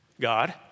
God